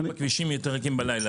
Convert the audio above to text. ואם הכבישים יהיו ריקים יותר בלילה,